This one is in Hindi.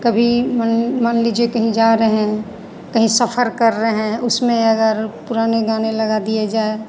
कभी मन मान लीजिए कहीं जा रहे हैं कहीं सफर कर रहे हैं उसमें अगर पुराने गाने लगा दिए जाए